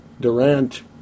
Durant